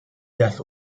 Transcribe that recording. death